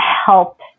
help